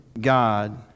God